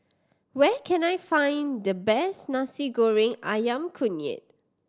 where can I find the best Nasi Goreng Ayam Kunyit